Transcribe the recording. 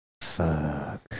Fuck